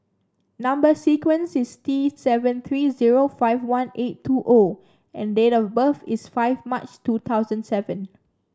number sequence is T seven three zero five one eight two O and date of birth is five March two thousand seven